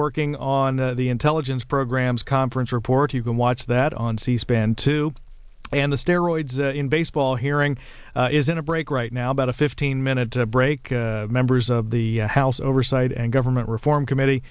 working on the intelligence programs conference report you can watch that on c span two and the steroids in baseball hearing is in a break right now about a fifteen minute break members of the house oversight and government reform committee